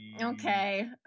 okay